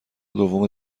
دوم